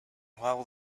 while